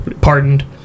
pardoned